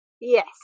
Yes